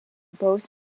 post